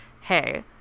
hey